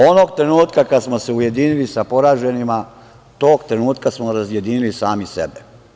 Onog trenutka kad smo se ujedinili sa poraženima, tog trenutka smo razjedinili sami sebe.